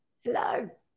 Hello